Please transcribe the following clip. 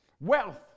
wealth